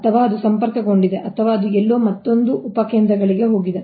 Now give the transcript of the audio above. ಅಥವಾ ಅದು ಸಂಪರ್ಕಗೊಂಡಿದೆ ಅಥವಾ ಅದು ಎಲ್ಲೋ ಮತ್ತೊಂದು ಉಪಕೇಂದ್ರಗಳಿಗೆ ಹೋಗಿದೆ